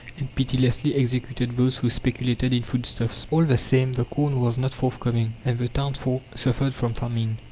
and pitilessly executed those who speculated in foodstuffs. all the same, the corn was not forthcoming, and the townsfolk suffered from famine.